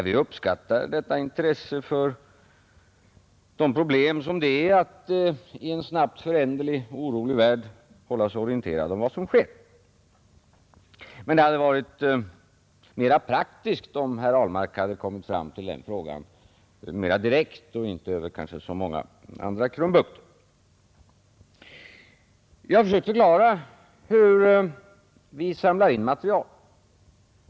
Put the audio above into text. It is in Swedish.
Vi uppskattar detta intresse för de problem som det innebär att i en snabbt föränderlig och orolig värld hålla sig orienterad om vad som sker. Men det hade varit mera praktiskt om herr Ahlmark hade kommit fram till den frågan mera direkt och kanske inte över så många andra krumbukter. Jag har försökt förklara hur vi samlar in material.